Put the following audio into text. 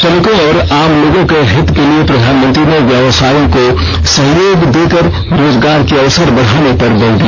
श्रमिकों और आम लोगों के हित के लिए प्रधानमंत्री ने व्यवसायों को सहयोग देकर रोजगार के अवसर बढाने पर बल दिया